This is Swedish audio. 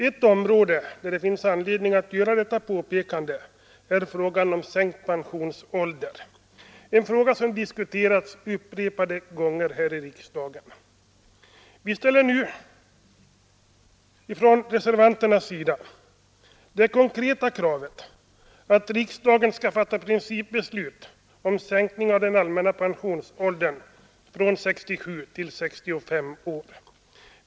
Ett område där det finns anledning att göra detta påpekande är frågan om sänkt pensionsålder — en fråga som diskuterats upprepade gånger här i riksdagen. Vi reservanter ställer nu det konkreta kravet att riksdagen skall fatta principbeslut om sänkning av den allmänna pensionsåldern från 67 till 65 år.